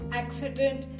accident